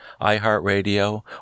iHeartRadio